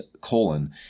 colon